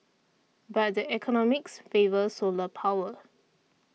but the economics favour solar power